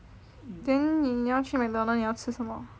then 你要去 McDonald 你要吃什么